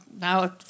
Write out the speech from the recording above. now